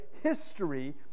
history